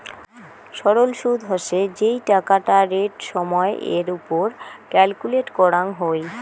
সরল সুদ হসে যেই টাকাটা রেট সময় এর ওপর ক্যালকুলেট করাঙ হই